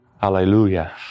Hallelujah